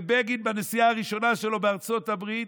ובגין, בנסיעה הראשונה שלו לארצות הברית,